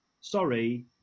sorry